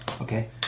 Okay